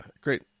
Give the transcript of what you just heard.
great